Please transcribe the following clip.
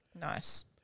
Nice